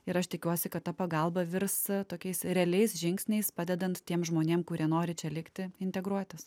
ir aš tikiuosi kad ta pagalba virs tokiais realiais žingsniais padedant tiems žmonėms kurie nori čia likti integruotis